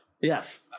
Yes